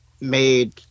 made